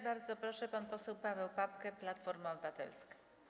Bardzo proszę, pan poseł Paweł Papke, Platforma Obywatelska.